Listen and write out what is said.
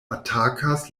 atakas